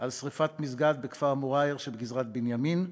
על שרפת מסגד בכפר אל-מוע'ייר שבגזרת בנימין.